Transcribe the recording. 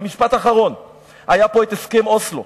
היה פה הסכם אוסלו,